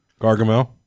Gargamel